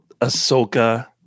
Ahsoka